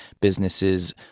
Businesses